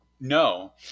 no